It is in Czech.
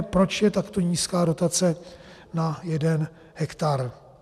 Proč je takto nízká dotace na jeden hektar?